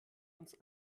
uns